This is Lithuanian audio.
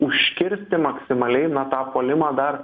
užkirsti maksimaliai na tą puolimą dar